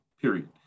period